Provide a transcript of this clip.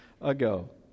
ago